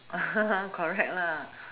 correct lah